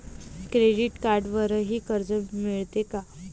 Credit कार्डवरही कर्ज मिळते का?